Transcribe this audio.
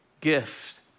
gift